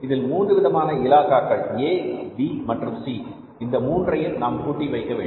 இதில் மூன்று விதமான இலாகாக்கள் A B மற்றும் C இந்த மூன்றையும் நாம் கூட்டி வைக்கவேண்டும்